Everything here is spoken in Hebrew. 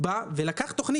לקח תוכנית